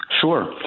Sure